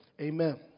Amen